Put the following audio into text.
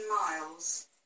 Miles